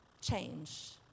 change